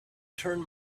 turn